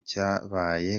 cyabaye